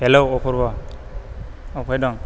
hello अफरबा अफाय दं